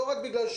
לדעתי,